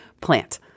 plant